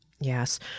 Yes